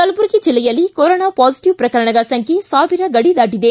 ಕಲಬುರಗಿ ಜಿಲ್ಲೆಯಲ್ಲಿ corona positive ಪ್ರಕರಣಗಳ ಸಂಖ್ಯೆ ಸಾವಿರ ಗಡಿ ದಾಟದೆ